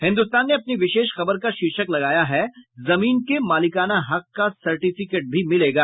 हिन्दुस्तान ने अपनी विशेष खबर का शीर्षक लगाया है जमीन के मालिकाना हक का सार्टिफिकेट भी मिलेगा